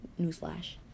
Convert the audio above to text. newsflash